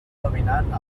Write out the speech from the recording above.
dominant